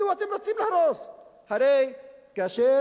מדוע